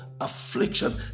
affliction